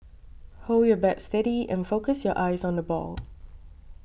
hold your bat steady and focus your eyes on the ball